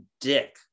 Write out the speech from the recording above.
dick